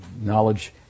Knowledge